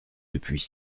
depuis